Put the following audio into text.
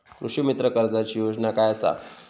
कृषीमित्र कर्जाची योजना काय असा?